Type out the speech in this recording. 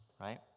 right